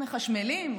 מחשמלים.